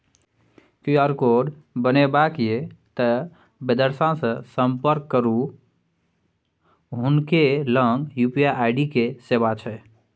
QR code बनेबाक यै तए बिदेसरासँ संपर्क करू हुनके लग यू.पी.आई के सेवा छै